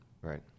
Right